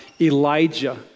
Elijah